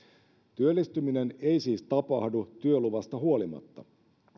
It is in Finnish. työllistyminen ei siis tapahdu työluvasta huolimatta